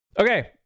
Okay